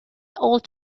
old